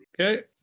Okay